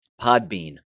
Podbean